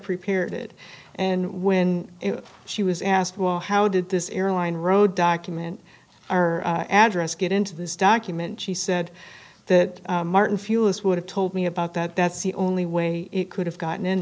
prepared it and when she was asked well how did this airline row document our address get into this document she said that martin fewest would have told me about that that's the only way it could have gotten in